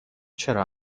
چرا